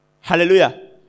Hallelujah